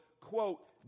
quote